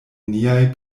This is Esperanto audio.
niaj